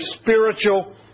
spiritual